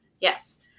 yes